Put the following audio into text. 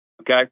Okay